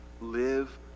Live